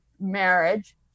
marriage